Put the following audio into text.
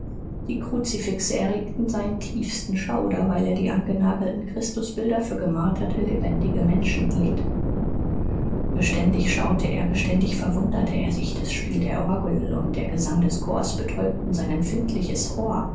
die kruzifixe erregten seinen tiefsten schauder weil er die angenagelten christusbilder für gemarterte lebendige menschen hielt beständig schaute er beständig verwunderte er sich das spiel der orgel und der gesang des chors betäubten sein empfindliches